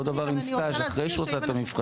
האם אותו הדבר קורה עם סטאז' אחרי שהוא עשה את המבחנים,